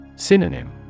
Synonym